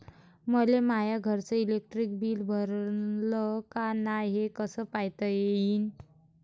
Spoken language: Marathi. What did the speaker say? मले माया घरचं इलेक्ट्रिक बिल भरलं का नाय, हे कस पायता येईन?